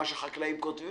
מה שהחקלאים כותבים,